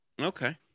Okay